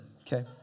Okay